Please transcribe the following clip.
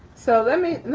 so, let me